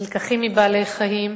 נלקחות מבעלי-חיים.